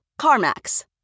CarMax